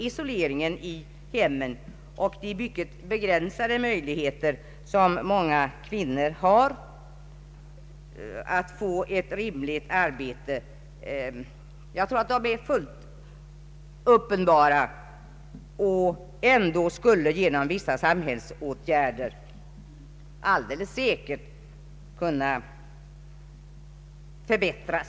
Isoleringen i hemmen och kvinnornas mycket begränsade möjligheter att få ett vettigt arbete utanför hemmet är ett par exempel på fullt uppenbara missförhållanden, som genom vissa samhällsåtgärder säkert kunde rättas till.